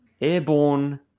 airborne